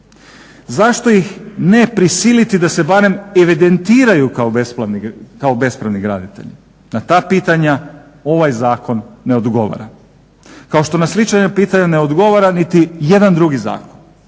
Zašto ih ne prisiliti da se barem evidentiraju kao bespravni graditelji? Na ta pitanja ovaj zakon ne odgovara, kao što na slična pitanja ne odgovara niti jedan drugi zakon.